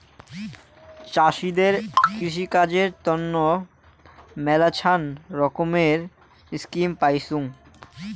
চাষীদের কৃষিকাজের তন্ন মেলাছান রকমের স্কিম পাইচুঙ